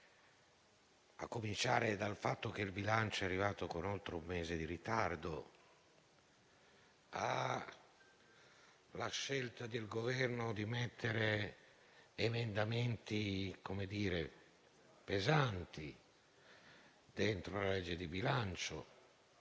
a cominciare dal fatto che il disegno di legge di bilancio è arrivato con oltre un mese di ritardo, per la scelta del Governo di mettere emendamenti pesanti dentro la legge di bilancio